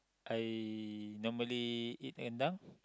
I normally eat rendang